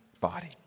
body